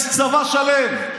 יש צבא שלם.